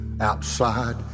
outside